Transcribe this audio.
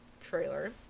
trailer